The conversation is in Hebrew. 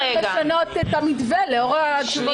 צריכים לשנות את המתווה לאור התשובות.